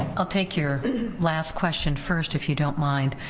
i'll take your last question first if you don't mind.